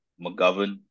McGovern